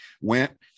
went